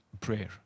prayer